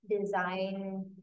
design